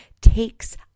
takes